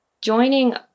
joining